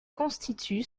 constitue